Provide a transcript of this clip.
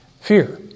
Fear